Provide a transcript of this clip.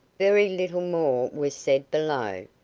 very little more was said below,